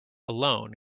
alone